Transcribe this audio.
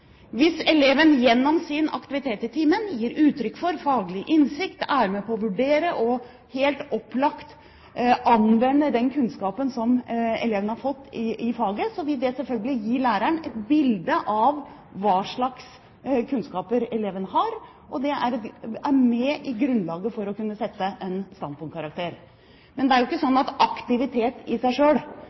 Hvis eleven gjennom sin aktivitet i timen gir uttrykk for faglig innsikt og er med på å vurdere og helt opplagt anvender den kunnskapen eleven har fått i faget, vil det selvfølgelig gi læreren et bilde av hva slags kunnskaper eleven har, og det er med i grunnlaget for å kunne sette en standpunktkarakter. Men det er jo ikke slik at aktivitet i seg